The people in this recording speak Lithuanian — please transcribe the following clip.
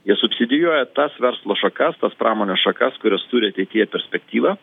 jie subsidijuoja tas verslo šakas tas pramonės šakas kurios turi ateityje perspektyvą